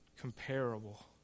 comparable